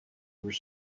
were